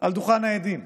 על דוכן העדים.